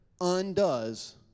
undoes